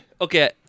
Okay